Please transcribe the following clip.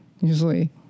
Usually